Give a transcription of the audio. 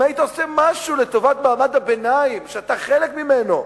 או אם היית עושה משהו לטובת מעמד הביניים שאתה חלק ממנו.